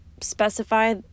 specify